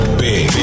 big